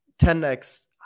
10x